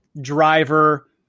driver